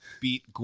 Beat